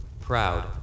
proud